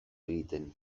egiten